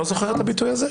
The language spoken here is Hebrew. אתה לא זוכר את הביטוי הזה?